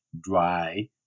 dry